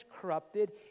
corrupted